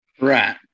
Right